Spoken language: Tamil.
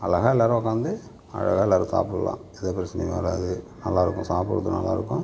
அழகாக எல்லாரும் உக்கார்ந்து அழகாக எல்லாரும் சாப்பிட்லாம் எந்த பிரச்சனையும் வராது நல்லாயிருக்கும் சாப்பிட்றதுக்கும் நல்லாயிருக்கும்